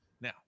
Now